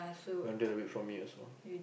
from me also